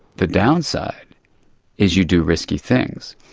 the downside is you do risky things.